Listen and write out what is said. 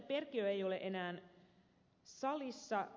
perkiö ei ole enää salissa